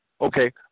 Okay